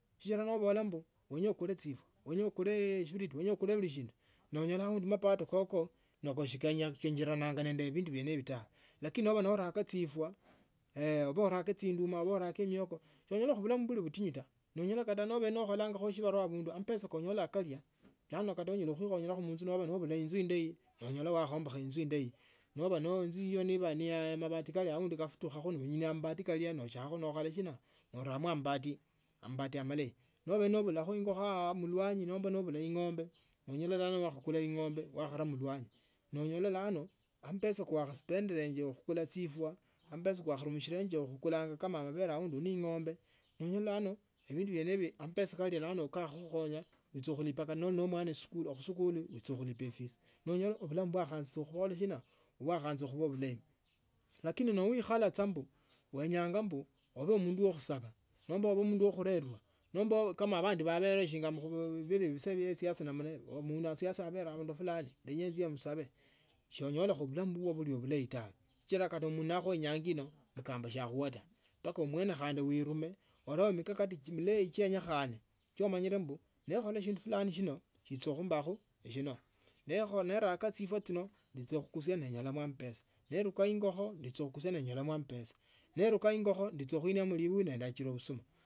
Shichila novola mbu winya okule etsifwa wenye ukule shiriviti wenye okule vuli shindu nonyola awundi mapato koko nako sikanya shikejiririmga nene evindu nyenevo ta lakini nova noraka tsifwa obe oraka tsinduma ove oraka emwoko. shonyolakho vulamu ni vuva vutinyu ta nonyota kata nova nokholanga shibarua avundu amapesa konyola kalia yani kate onyela khwikhonyelesho munzu. novula inzu indeyi nonyola wakhombakha inzu indeyi nova no eeniy inzu yeuo mavati kalia awundi nikafutukhakho noinia amavati kalia. nokhola shina, noramoamabati amabati amaleyi. novele novulakho ingokho aa mulwanyi nomba novulakho ing’ombe. nonyola lano wakhakula ing’ombe wakharaa mulwanyi nonyola lano amapesa kawaspendilenje khula etsifwa. amapesa kawakharumushilenje khukula amavere awundi uneing’ombe nonyola lano evindu vyenevo amapesa kano lano kakhakhukhonya niwitsanga khulipanga noli nomwana esukulu khusukulu khwitsa khulipanga efisi. noyola tsa vulamu vyakhanza khukhola shina vywakhanza khuvaa vulayi. Lakini nowikhalatsa mbu wenyanga mbu ove mundu wo khusava nomba ove mundu wo khurerwa. nomba vandi valeleyo shinga va vi nivili visaa ve siasa mwanasiasa avele avundu fulani ninye etsye musave, sonyolakho vulamu vuvyo nivuva vulayi tawe, shichila kate khali mundu nakhwa inyanga ino mkamba shakhuwa ta mbaka omwene khandi wirume. Oreo mikakati mileyi chene chenyekhane chemanyile mbu mekhola shindu fulani shino shitsa khumbakho nekho neraka tsifwa tsino. nitso khukusia nenyolamo amapesa. neruka ingokho nitsa khukusia nenyolamo amapesa neruka ingokho nitsa khuiniamo livuyu nendachila vushuma.